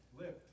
Lift